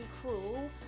cruel